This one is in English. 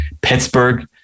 Pittsburgh